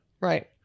Right